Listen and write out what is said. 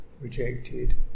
rejected